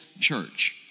church